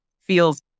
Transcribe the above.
feels